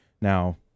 Now